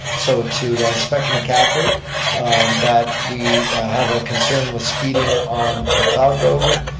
so to inspector mccaffery that we have a concern with speeding on mcleod road,